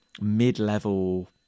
mid-level